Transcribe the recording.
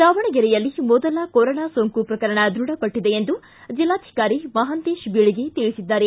ದಾವಣಗೆರೆಯಲ್ಲಿ ಮೊದಲ ಕೊರೋನಾ ಸೋಂಕು ಪ್ರಕರಣ ದ್ಯಢಪಟ್ಟಿದೆ ಎಂದು ಜಿಲ್ಲಾಧಿಕಾರಿ ಮಹಾಂತೇಶ ಬೀಳಗಿ ತಿಳಿಸಿದ್ದಾರೆ